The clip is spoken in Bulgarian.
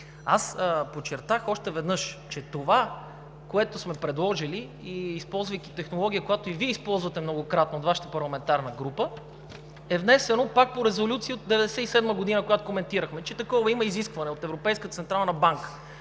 аз подчертах още веднъж, че това, което сме предложили, и използвайки технология, която и Вие използвате многократно от Вашата парламентарна група, е внесено пак по резолюция от 1997 г., която коментирахме, че такова изискване има от Европейската централна банка,